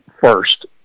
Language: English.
first